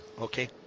Okay